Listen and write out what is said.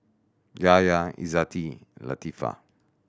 Yahya Izzati Latifa